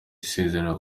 isezererwa